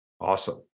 Awesome